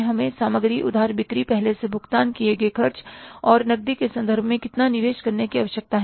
हमें सामग्री उधार बिक्री पहले से भुगतान किए हुए खर्च और नकदी के संदर्भ में कितना निवेश करने की आवश्यकता है